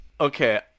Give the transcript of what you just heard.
Okay